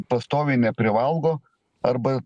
pastoviai neprivalgo arba